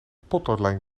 potloodlijn